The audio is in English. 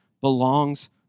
belongs